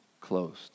closed